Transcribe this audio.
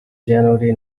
january